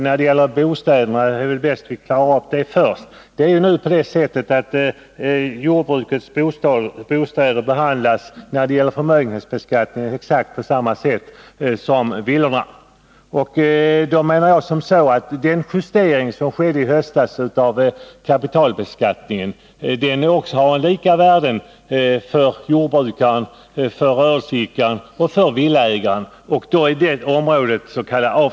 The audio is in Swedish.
Herr talman! Det är väl bäst att vi klarar av bostäderna först. När det gäller förmögenhetsbeskattningen behandlas jordbrukets bostäder på exakt samma sätt som villorna. Den justering av kapitalbeskattningen som skedde i höstas har samma effekt för jordbrukaren, rörelseidkaren och villaägaren. Då är det området klart.